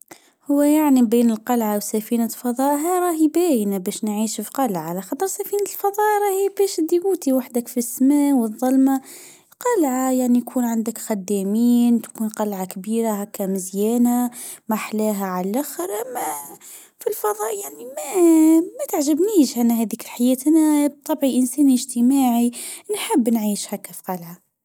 هو يعني بين القلعة وسفينة فضاهر راهي باينة باش نعيش قلعة الظلمة قلعة يعني يكون عندك خدامين نقلعك كبيرة هاكا مزيانة ماحلاها على في الفرا يما ما تعجبنيش انا هاديك الحياة انا انسان اجتماعي. نحب نعيشها